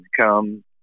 come